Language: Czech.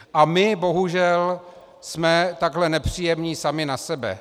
A my bohužel jsme takhle nepříjemní sami na sebe.